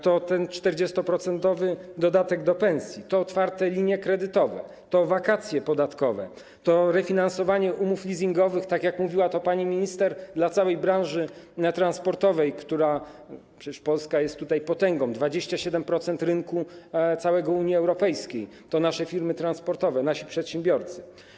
To ten 40-procentowy dodatek do pensji, to otwarte linie kredytowe, to wakacje podatkowe, to refinansowanie umów leasingowych, tak jak mówiła pani minister, dla całej branży transportowej, przecież Polska jest tutaj potęgą - 27% całego rynku Unii Europejskiej to nasze firmy transportowe, nasi przedsiębiorcy.